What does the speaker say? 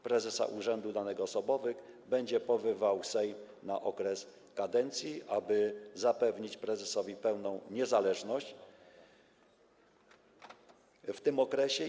Prezesa urzędu danych osobowych będzie powoływał Sejm na okres kadencji, aby zapewnić prezesowi pełną niezależność w tym okresie.